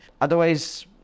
Otherwise